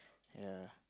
yea